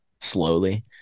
slowly